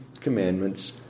Commandments